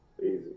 Easy